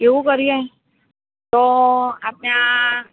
એવું કરીએ તો આપણા